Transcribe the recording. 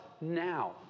now